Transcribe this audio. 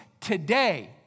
today